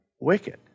wicked